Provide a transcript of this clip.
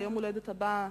ליום ההולדת הבא,